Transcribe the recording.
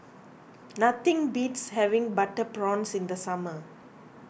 nothing beats having Butter Prawns in the summer